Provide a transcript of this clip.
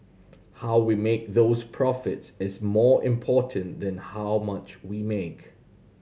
how we make those profits is more important than how much we make